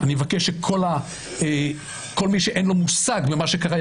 ואני מבקש שכל מי שאין לו מושג במה שקרה,